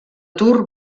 tour